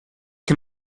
can